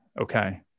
okay